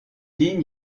ligne